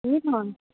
त्यही त